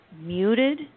muted